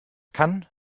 kann